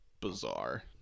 bizarre